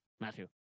Matthew